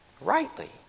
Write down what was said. rightly